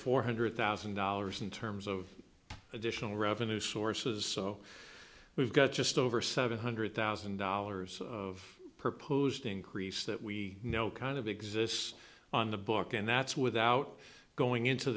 hundred thousand dollars in terms of additional revenue sources so we've got just over seven hundred thousand dollars of proposed increase that we know kind of exists on the book and that's without going into